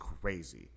crazy